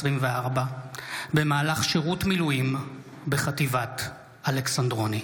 במהלך שירות מילואים בחטיבת אלכסנדרוני.